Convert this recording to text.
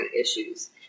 issues